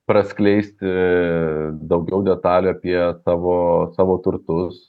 praskleisti daugiau detalių apie tavo savo savo turtus